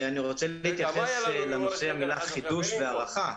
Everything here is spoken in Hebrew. אני רוצה להתייחס לנושאי המילים "חידוש" ו"הארכה".